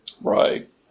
Right